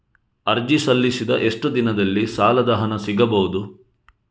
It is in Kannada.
ಅರ್ಜಿ ಸಲ್ಲಿಸಿದ ಎಷ್ಟು ದಿನದಲ್ಲಿ ಸಾಲದ ಹಣ ಸಿಗಬಹುದು?